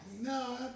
No